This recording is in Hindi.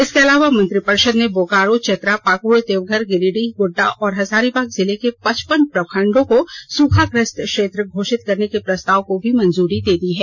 इसके अलावा मंत्रिपरिषद ने बोकारो चतरा पाकुड़ देवघर गिरिडीह गोड़्डा और हजारीबाग जिले के पचपन प्रखंडों को सूखाग्रस्त क्षेत्र घोषित करने के प्रस्ताव को भी मंजूरी दे दी है